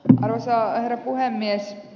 arvoisa herra puhemies